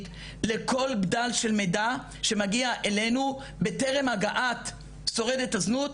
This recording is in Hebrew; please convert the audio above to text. לכל בדל של מידע שמגיע אלינו בטרם הגעת שורדת הזנות,